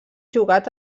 jugat